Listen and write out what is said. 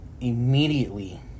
immediately